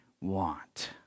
want